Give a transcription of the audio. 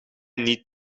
niet